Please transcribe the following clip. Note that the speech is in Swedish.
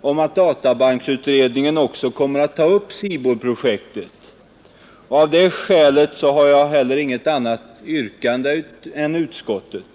om att databanksutredningen också kommer att ta upp SIBOL-projektet. Av det skälet har jag inget annat yrkande än utskottets.